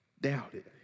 doubted